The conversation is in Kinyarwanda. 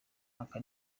aka